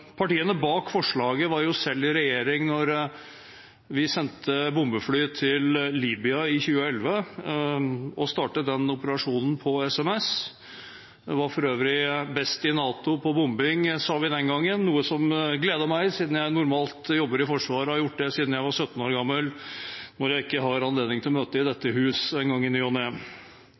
Partiene bak forslaget var selv i regjering da vi sendte bombefly til Libya i 2011 og startet den operasjonen på SMS. Vi var for øvrig best i NATO på bombing, sa vi den gangen, noe som gledet meg siden jeg normalt jobber i Forsvaret og har gjort det siden jeg var 17 år gammel, når jeg ikke har anledning til å møte i dette hus i ny og ne. Nå risikerer vi å gå i